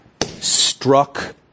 struck